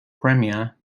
premier